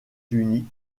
unis